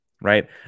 right